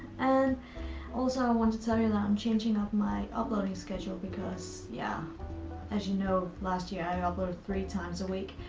and also i want to tell you that i'm changing up my uploading schedule, because yeah as you know last year i uploaded three times a week,